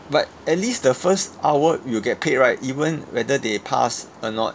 but at least the first hour you will get paid right even whether they pass or not